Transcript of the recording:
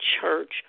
church